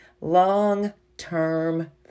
long-term